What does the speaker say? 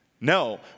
No